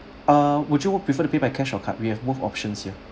err would you prefer to pay by cash or card we have both options here